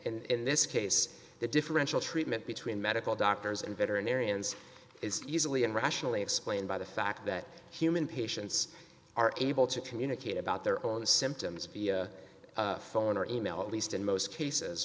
in this case the differential treatment between medical doctors and veterinarians is easily and rationally explained by the fact that human patients are able to communicate about their own symptoms phone or email at least in most cases